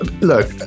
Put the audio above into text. look